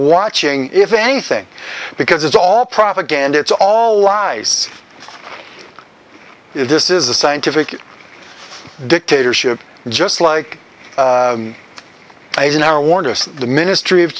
watching if anything because it's all propaganda it's all lies this is a scientific dictatorship just like eisenhower warned us in the ministry of